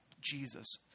Jesus